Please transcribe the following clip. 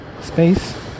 space